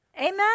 Amen